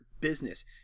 business